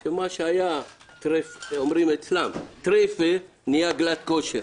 עד שמה שהיה טרפה נהיה גלאט-כשר.